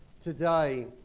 today